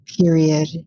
period